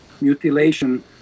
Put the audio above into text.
mutilation